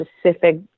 specific